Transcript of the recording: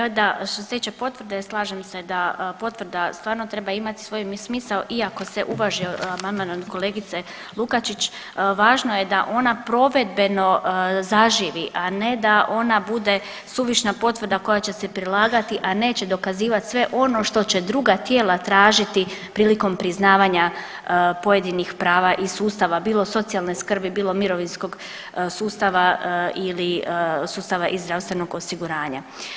Evo da što se tiče potvrde slažem se da potvrda stvarno treba imati svoj smisao i ako se uvaži amandman od kolegice Lukačić, važno je da ona provedbeno zaživi, a ne da ona bude suvišna potvrda koja će se prilagati, a neće dokazivati sve ono što će druga tijela tražiti prilikom priznavanja pojedinih prava iz sustava bilo socijalne skrbi bilo mirovinskog sustava ili sustava iz zdravstvenog osiguranja.